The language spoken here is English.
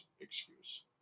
excuse